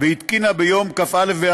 אברהם אבי